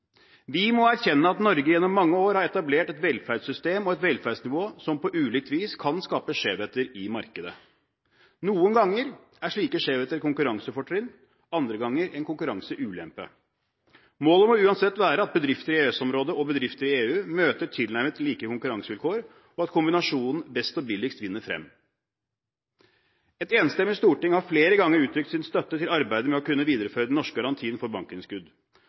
Vi må erkjenne at Norge gjennom mange år har etablert et velferdssystem og et velferdsnivå som på ulikt vis kan skape skjevheter i markedet. Noen ganger er slike skjevheter et konkurransefortrinn, andre ganger en konkurranseulempe. Målet må uansett være at bedrifter i EØS-området og bedrifter i EU møter tilnærmet like konkurransevilkår, og at kombinasjonen «best og billigst» vinner frem. Et enstemmig storting har flere ganger uttrykt sin støtte til arbeidet med å kunne videreføre den norske garantien for bankinnskudd.